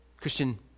Christian